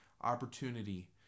opportunity